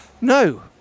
No